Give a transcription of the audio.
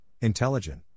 intelligent